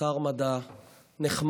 שר מדע נחמד,